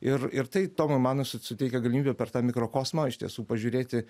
ir ir tai tomui manui su suteikia galimybę per tą mikrokosmą iš tiesų pažiūrėti